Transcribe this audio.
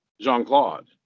Jean-Claude